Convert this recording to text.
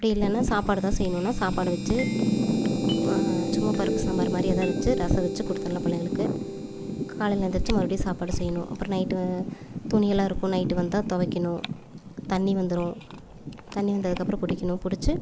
அப்படி இல்லைனா சாப்பாடுதான் செய்யணுனா சாப்பாடு வச்சு சும்மா பருப்பு சாம்பார் மாதிரி எதாவது வச்சு ரசம் வச்சு கொடுத்துர்லாம் பிள்ளைங்களுக்கு காலையில் எழுந்துருச்சி மறுபடியும் சாப்பாடு செய்யணும் அப்புறம் நைட்டு துணியெல்லாம் இருக்கும் நைட்டு வந்தால் துவைக்கணும் தண்ணி வந்துடும் தண்ணி வந்ததுக்கப்புறம் பிடிக்கணும் பிடிச்சி